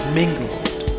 mingled